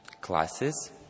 classes